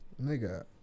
Nigga